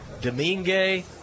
Domingue